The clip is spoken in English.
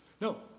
no